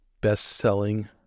best-selling